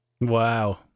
Wow